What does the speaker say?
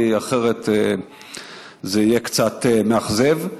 כי אחרת זה יהיה קצת מאכזב.